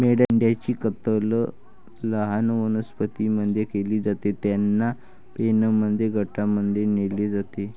मेंढ्यांची कत्तल लहान वनस्पतीं मध्ये केली जाते, त्यांना पेनमध्ये गटांमध्ये नेले जाते